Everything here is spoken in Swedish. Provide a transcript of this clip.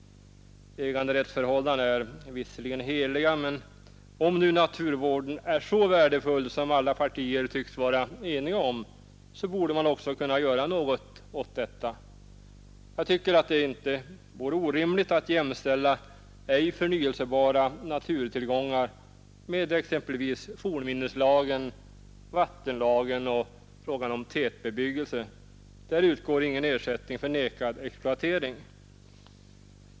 Äganderätten är visserligen helig, men om nu naturvården är så värdefull som alla partier tycks vara eniga om, borde man också kunna göra något åt detta. Det vore inte orimligt att jämställa bestämmelserna om ej förnyelsebara naturtillgångar med exempelvis vad som gäller enligt fornminneslagen, vattenlagen och beträffande tätbebyggelse. Där utgår ingen ersättning för nekad exploatering.